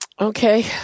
Okay